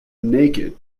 naked